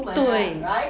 对